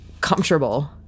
comfortable